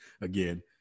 again